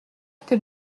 que